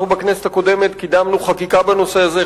בכנסת הקודמת אנחנו קידמנו חקיקה בנושא הזה,